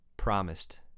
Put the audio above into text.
promised